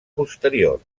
posterior